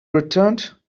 returned